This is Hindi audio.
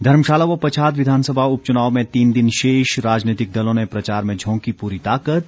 धर्मशाला व पच्छाद विधानसभा उपचुनाव में तीन दिन शेष राजनीतिक दलों ने प्रचार में झोंकी पूरी ताकत